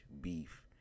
beef